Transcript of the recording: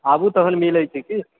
आबु तखन मिलय छी कि